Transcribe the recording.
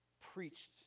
preached